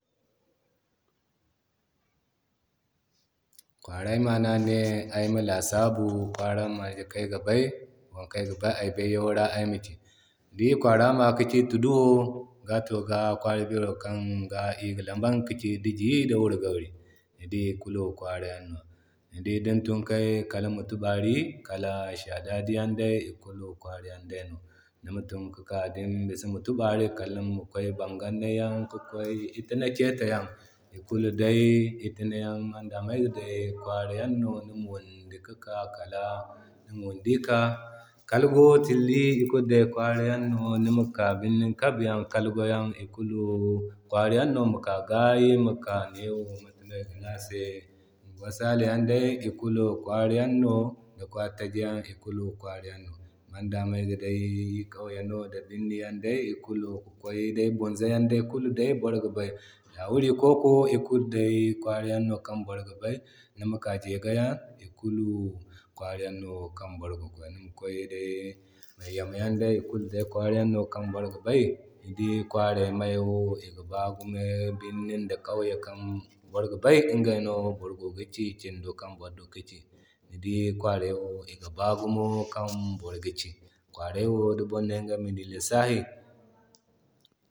Kwaray ma no a ne ayama lasabu kwara marge kan ayga bay. Wokan ayga bay a bayyaŋo ga ayma ci. Iri kwara ma kici Tudo. Ga to ga kwara bero kanga iri go iŋga kaci diji ŋda wurigari, ni dii ikulu kwara yaŋ no. Ni di din tun kalmatubari kal sha dadi yan day ikulu kwarayan dayno. Nima tun kika din bisa tubarikal nima kway bangani ki kway italiketa yan ikulu day itanuyan ikulu day kwara yan no. Nima wundi kika kal goo-tilli ikulu day kwara yan no. Nima ka birnin Kebbi kalgo yaŋ ikulu day kwarayan no. Nima ka gawo nima ka ne mata no iga ne ase Unguwar sale yaŋ day ikulu day kwara yaŋ no. Ni Dii Kwara taji yaŋ ikulu kwara yan no. Imandame day Kauye no di Birni Yan day ikulu ki kway bunza yanday kulu, yawuri Koko ikulu ikulu day kwarayan no kan boro ga bay. Ni dii kwaray maayo ga baa gumo birnin ñda Kauye kan boro ga bay inga no boro gogi ci kindo kan boro duka ci. Ni dii kwaray wo iga ba gumo kan boro ga ci. Kwaray wo di boro ne nigani lissahi.